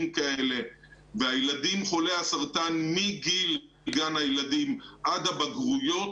כאלה והילדים חולי הסרטן מגיל גן הילדים עד הבגרויות,